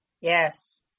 yes